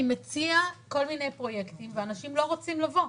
אני מציע כל מיני פרויקטים ואנשים לא רוצים לבוא.